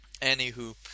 Anywho